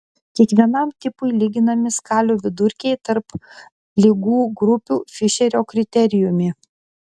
kiekvienam tipui lyginami skalių vidurkiai tarp ligų grupių fišerio kriterijumi